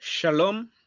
Shalom